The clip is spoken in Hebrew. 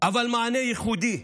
אבל מענה ייחודי,